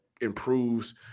improves